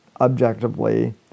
objectively